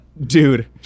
Dude